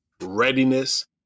readiness